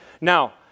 Now